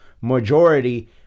majority